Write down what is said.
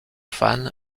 fans